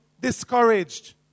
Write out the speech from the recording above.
discouraged